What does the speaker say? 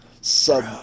sub